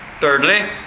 Thirdly